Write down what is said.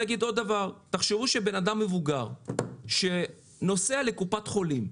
תחשבו על בן אדם מבוגר שנוסע לקופת חולים,